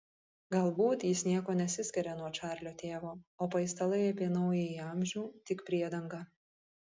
galbūt jis niekuo nesiskiria nuo čarlio tėvo o paistalai apie naująjį amžių tik priedanga